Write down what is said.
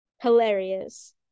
Hilarious